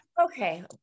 Okay